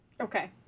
Okay